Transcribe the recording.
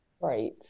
Right